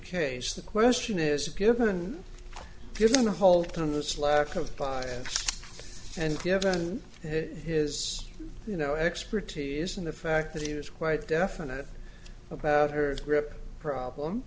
case the question is given given the whole time the slack of five and given his you know expertise and the fact that he is quite definite about her grip problem